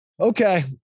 Okay